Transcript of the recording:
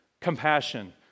compassion